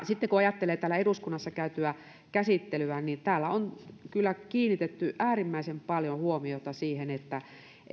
sitten kun ajattelee täällä eduskunnassa käytyä käsittelyä niin täällä on kyllä kiinnitetty äärimmäisen paljon huomiota siihen että